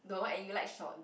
no and you like short